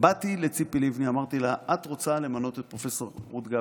באתי לציפי לבני ואמרתי לה: את רוצה למנות את פרופ' רות גביזון,